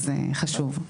אז חשוב.